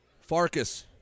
Farkas